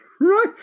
Right